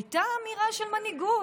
הייתה אמירה של מנהיגות.